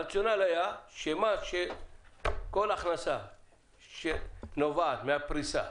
הרציונל היה שכל הכנסה שנובעת מן הפריסה